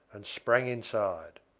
and sprang inside.